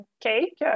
cake